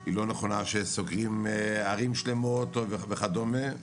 היא לא נכונה, שסוגרים ערים שלמות וכדומה.